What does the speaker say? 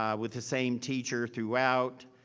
um with the same teacher, throughout.